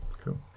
Cool